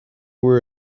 were